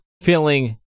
feeling